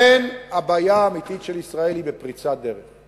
שהבעיה האמיתית של ישראל היא אכן בפריצת דרך.